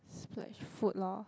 splurge food loh